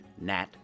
Nat